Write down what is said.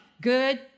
good